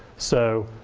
so,